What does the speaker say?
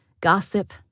gossip